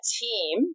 team